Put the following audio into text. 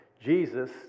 Jesus